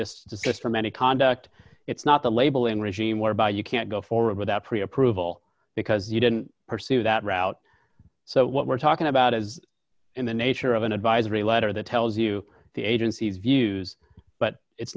desist from any conduct it's not the labeling regime whereby you can't go forward without pre approval because you didn't pursue that route so what we're talking about is in the nature of an advisory letter that tells you the agency views but it's